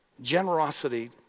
generosity